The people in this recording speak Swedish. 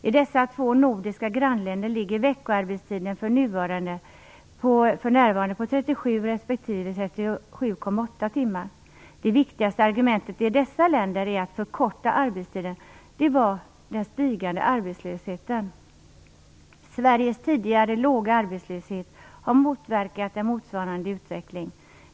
I dessa två nordiska grannländer ligger veckoarbetstiden för närvarande på 37 respektive 37,8 timmar. Det viktigaste argumentet i dessa länder för att förkorta arbetstiden var den stigande arbetslösheten. Sveriges tidigare låga arbetslöshet har motverkat en motsvarande utveckling.